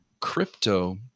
Crypto